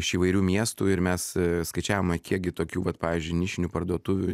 iš įvairių miestų ir mes skaičiavome kiek gi tokių vat pavyzdžiui nišinių parduotuvių